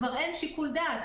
אין שיקול דעת,